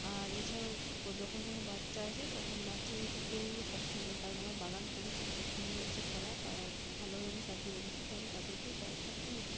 আর এছাড়াও যখন কোনো বাচ্চা আসে তখন বাচ্চা যেহেতু ফুলগুলো পছন্দ করে কারণ আমার বাগান খুবই সৌন্দর্যে ভরা খুব ভালোভাবে আমি সাজিয়ে রেখেছি তো আমি তাদেরকেও কয়েকটা ফুল দিই